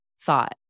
thought